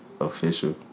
official